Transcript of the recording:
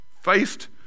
faced